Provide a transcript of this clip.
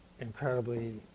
incredibly